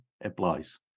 applies